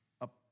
up